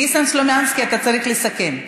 ניסן סלומינסקי, אתה צריך לסכם.